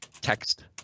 text